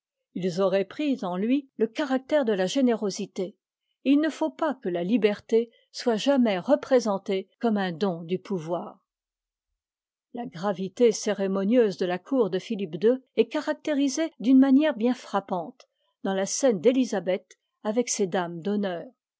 ils auraient pris en lui te caractère de la générosité et il ne faut pas que la liberté soit jamais représentée comme un don du pouvoir la gravité cérémonieuse de la cour de philippe h est caractérisée d'une manière bien frappante dans la scène d'élisabeth